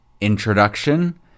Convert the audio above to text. introduction